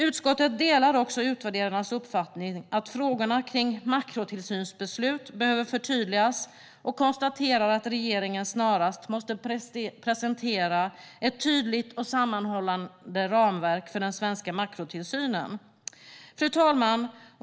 Utskottet delar också utvärderarnas uppfattning att frågorna om makrotillsynsbeslut behöver förtydligas och konstaterar att regeringen snarast måste presentera ett tydligt och sammanhållande ramverk för den svenska makrotillsynen. Fru talman!